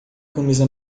camisa